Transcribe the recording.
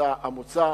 המוצע